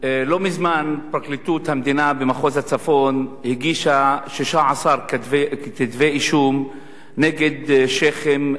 לא מזמן פרקליטות המדינה במחוז הצפון הגישה 16 כתבי אישום נגד שיח'ים,